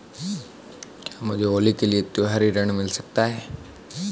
क्या मुझे होली के लिए त्यौहारी ऋण मिल सकता है?